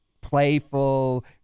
Playful